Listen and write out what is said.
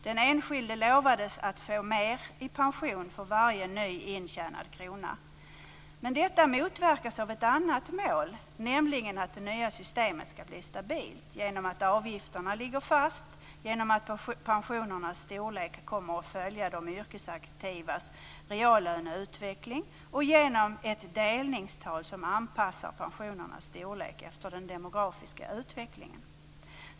Den enskilde lovades mer i pension för varje ny intjänad krona. Detta motverkas av ett annat mål, nämligen att det nya systemet skall bli stabilt genom att avgifterna ligger fast, genom att pensionernas storlek kommer att följa de yrkesaktivas reallöneutveckling och genom ett delningstal som anpassar pensionernas storlek efter den demografiska utvecklingen.